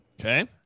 Okay